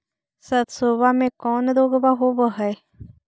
सरसोबा मे कौन रोग्बा होबय है?